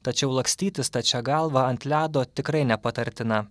tačiau lakstyti stačia galva ant ledo tikrai nepatartina